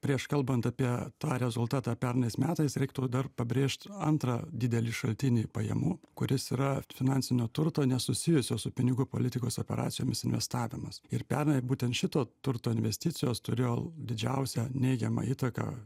prieš kalbant apie tą rezultatą pernais metais reiktų dar pabrėžti antrą didelį šaltinį pajamų kuris yra finansinio turto nesusijusio su pinigų politikos operacijomis investavimas ir pernai būtent šito turto investicijos turėjo didžiausią neigiamą įtaką